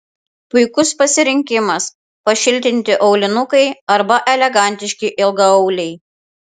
puikus pasirinkimas pašiltinti aulinukai arba elegantiški ilgaauliai